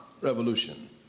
revolution